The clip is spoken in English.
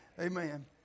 Amen